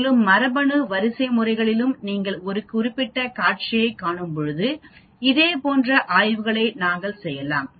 மேலும் மரபணு வரிசைமுறைகளிலும் நீங்கள் ஒரு குறிப்பிட்ட காட்சியைக் காணும்போது இதே போன்ற ஆய்வுகளை நாங்கள் செய்யலாம்